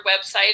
website